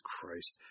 Christ